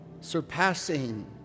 surpassing